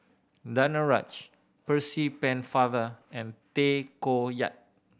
Danaraj Percy Pennefather and Tay Koh Yat